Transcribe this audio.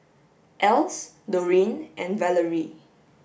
Else Doreen and Valarie